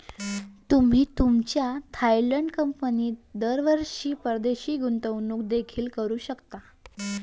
तुम्ही तुमच्या थायलंड कंपनीत दरवर्षी परदेशी गुंतवणूक देखील करू शकता